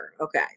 Okay